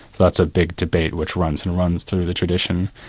that's a big debate which runs and runs through the tradition.